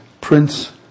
Prince